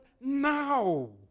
now